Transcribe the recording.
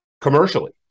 Commercially